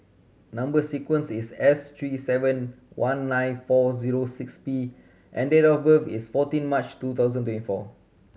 number sequence is S three seven one nine four zero six P and date of birth is fourteen March two thousand twenty four